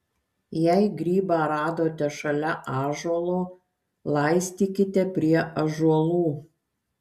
jei grybą radote šalia ąžuolo laistykite prie ąžuolų